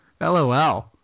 LOL